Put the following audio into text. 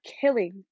killing